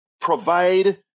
provide